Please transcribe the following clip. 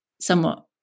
somewhat